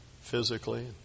physically